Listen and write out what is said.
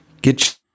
get